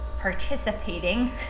participating